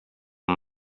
amb